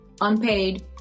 unpaid